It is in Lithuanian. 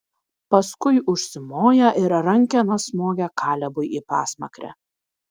paskui užsimoja ir rankena smogia kalebui į pasmakrę